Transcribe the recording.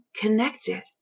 connected